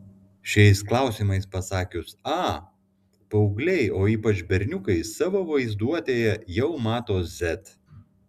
šiais klausimais pasakius a paaugliai o ypač berniukai savo vaizduotėje jau mato z